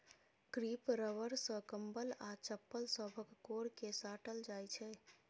crepe rubber सँ कंबल आ चप्पल सभक कोर केँ साटल जाइ छै